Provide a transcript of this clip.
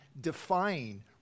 defying